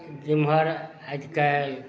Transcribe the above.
जिमहर आइकाल्हि